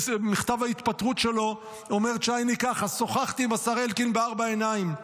במכתב ההתפטרות שלו אומר צ'ייני ככה: שוחחתי עם השר אלקין בארבע עיניים,